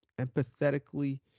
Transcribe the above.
empathetically